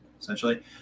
essentially